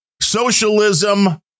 socialism